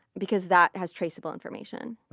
because that has traceable information.